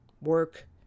work